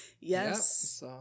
Yes